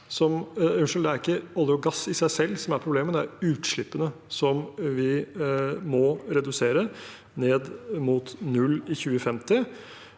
Det er ikke olje og gass i seg selv som er problemet; det er utslippene vi må redusere ned mot null i 2050.